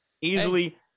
Easily